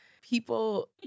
People